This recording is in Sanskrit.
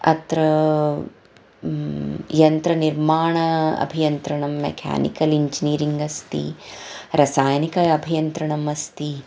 अत्र यन्त्रनिर्माणमद अभियन्त्रणं मेकेनिकल् इञ्जिनियरिङ्ग् अस्ति रसायनिक अभियन्त्रणम् अस्ति